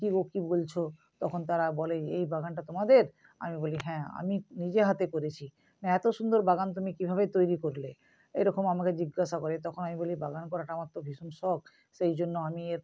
কী গো কী বলছ তখন তারা বলে এই বাগানটা তোমাদের আমি বলি হ্যাঁ আমি নিজে হাতে করেছি না এত সুন্দর বাগান তুমি কীভাবে তৈরি করলে এরকম আমাকে জিজ্ঞাসা করে তখন আমি বলি বাগান করাটা আমার তো ভীষণ শখ সেই জন্য আমি এর